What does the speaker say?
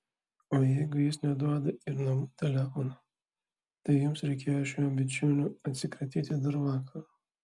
o jeigu jis neduoda ir namų telefono tai jums reikėjo šiuo bičiuliu atsikratyti dar vakar